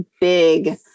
big